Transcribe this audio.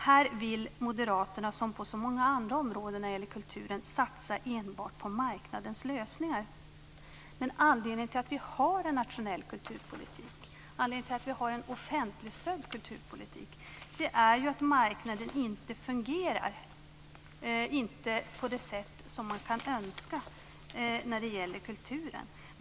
Här vill Moderaterna, som på så många andra områden när det gäller kulturen, satsa enbart på marknadens lösningar. Men anledningen till att vi har en nationell kulturpolitik, att vi har en offentligstödd kulturpolitik, är ju att marknaden inte fungerar på det sätt som man kan önska när det gäller kulturen.